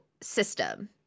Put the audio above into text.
system